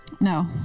No